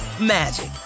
magic